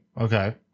Okay